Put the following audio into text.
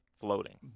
floating